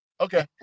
Okay